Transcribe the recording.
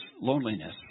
loneliness